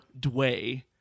Dway